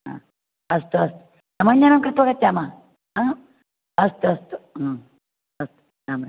हा अस्तु अस्तु समञ्जनं कृत्वा गच्छामः आ अस्तु अस्तु ह्म् अस्तु राम्राम्